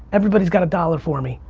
everybody's got a dollar for me,